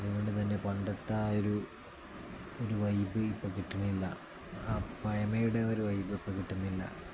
അതുകൊണ്ട് തന്നെ പണ്ടത്തെയൊരു ഒരു വൈബ് ഇപ്പം കിട്ടുന്നില്ല ആ പഴമയുടെ ഒരു വൈബ് ഇപ്പോൾ കിട്ടുന്നില്ല